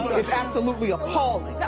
it's absolutely appalling.